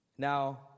Now